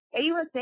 AUSA